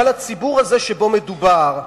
אבל הציבור שבו מדובר,